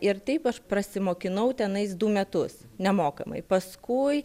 ir taip aš prasimokinau tenais du metus nemokamai paskui